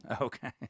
Okay